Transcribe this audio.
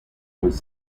was